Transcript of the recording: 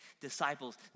disciples